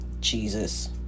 Jesus